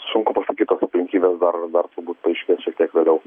sunku pasakyt tos aplinkybės dar dar turbūt paaiškės šiek tiek vėliau